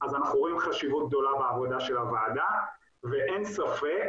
אז אנחנו רואים חשיבות גדולה בעבודה של הוועדה ואין ספק